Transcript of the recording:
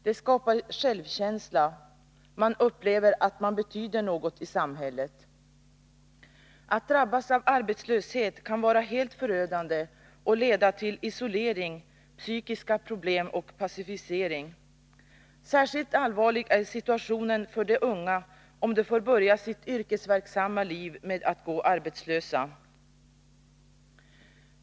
Det skapar självkänsla; man upplever att man betyder något i samhället. Att drabbas av arbetslöshet kan vara helt förödande och leda till isolering, psykiska problem och passivisering. Särskilt allvarlig är situationen för de unga om de får börja sitt yrkesverksamma liv med att gå arbetslösa.